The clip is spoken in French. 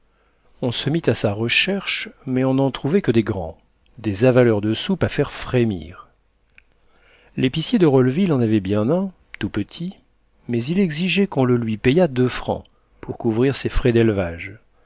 on se mit à sa recherche mais on n'en trouvait que des grands des avaleurs de soupe à faire frémir l'épicier de rolleville en avait bien un un tout petit mais il exigeait qu'on le lui payât deux francs pour couvrir ses frais d'élevage